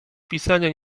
pisania